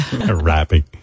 Rapping